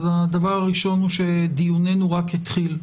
הדבר הראשון הוא שדיוננו רק התחיל.